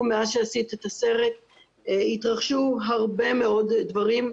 מאז שעשית את הסרט התרחשו הרבה מאוד דברים,